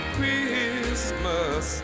Christmas